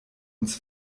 uns